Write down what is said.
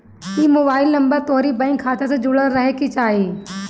इ mobile number तोहरी bank खाता से जुड़ल रहे के चाही